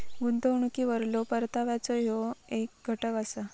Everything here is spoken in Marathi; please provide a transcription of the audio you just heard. गुंतवणुकीवरलो परताव्याचो ह्यो येक घटक असा